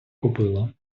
купила